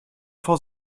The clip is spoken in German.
vor